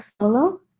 solo